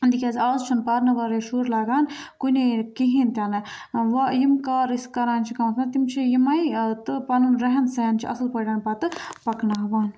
تِکیٛازِ آز چھُنہٕ پَرنہٕ وَرٲے شُرۍ لَگان کُنے نہٕ کِہیٖنۍ تہِ نہٕ وۄنۍ یِم کار أسۍ کَران چھِ گامَس مَنٛز تِم چھِ یِمَے تہٕ پَنُن رہن سہن چھِ اَصٕل پٲٹھۍ پَتہٕ پَکناوان